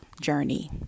journey